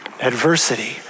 Adversity